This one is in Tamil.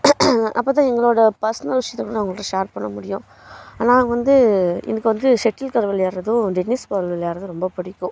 அப்போ தான் எங்களோட பர்சனல் விஷயத்த நாங்கள் அவங்கக்கிட்ட ஷேர் பண்ண முடியும் ஆனால் அங்கே வந்து எனக்கு வந்து ஷெட்டில் கார்க் விளையாடுவதும் டென்னிஸ் பால் விளையாடுவதும் ரொம்ப பிடிக்கும்